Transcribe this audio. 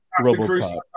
Robocop